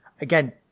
Again